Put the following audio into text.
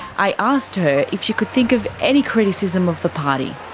i asked her if she could think of any criticism of the party.